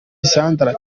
sandra